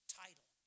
title